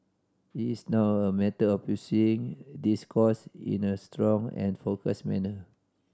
it is now a matter of pursuing this course in a strong and focused manner